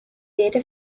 data